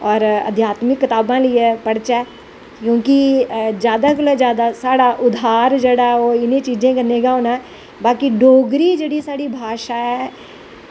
और अध्यात्मिक कताबां लेइयै पढ़चै क्योंकि जादा कोला दा जादा उद्धर साढ़े जेह्ड़ा इनें चीज़ें कन्नैं गै होनां ऐ बाकी डोगरी साढ़ी जेह्ड़ी भाशा ऐ